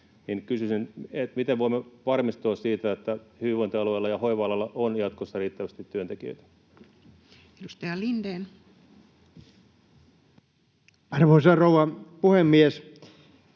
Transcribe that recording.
kysyisin: miten voimme varmistua siitä, että hyvinvointialueilla ja hoiva-alalla on jatkossa riittävästi työntekijöitä? Edustaja Lindén. Arvoisa rouva puhemies!